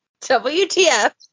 WTF